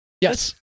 Yes